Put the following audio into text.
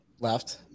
left